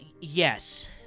yes